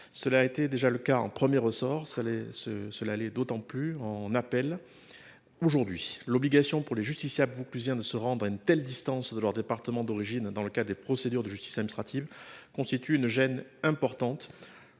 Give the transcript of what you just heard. Cela était déjà le cas en premier ressort, cela l’est d’autant plus en appel désormais. L’obligation pour les justiciables vauclusiens de se rendre à une telle distance de leur département d’origine dans le cadre des procédures de justice administrative constitue une gêne importante.